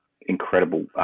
incredible